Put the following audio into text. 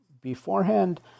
beforehand